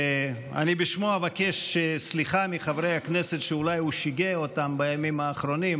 שבשמו אני אבקש סליחה מחברי הכנסת שאולי הוא שיגע אותם בימים האחרונים.